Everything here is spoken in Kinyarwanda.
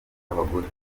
abagore